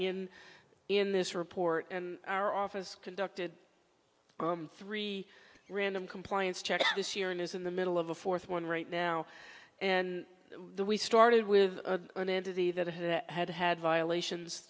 in in this report and our office conducted three random compliance checks this year and is in the middle of a fourth one right now and we started with an entity that has had had violations